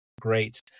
great